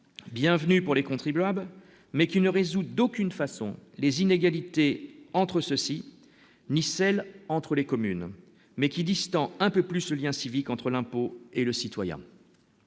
bienvenue pour les contribuables, mais qui ne résout d'aucune façon les inégalités entre ceux-ci ni celle entre les communes, mais qui disent en un peu plus ce lien civique entre l'impôt et le citoyen.